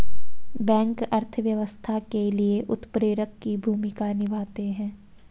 bank अर्थव्यवस्था के लिए उत्प्रेरक की भूमिका निभाते है